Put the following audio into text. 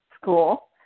school